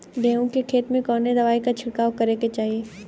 गेहूँ के खेत मे कवने दवाई क छिड़काव करे के चाही?